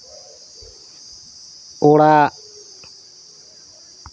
ᱚᱲᱟᱜ